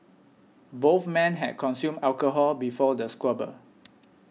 both men had consumed alcohol before the squabble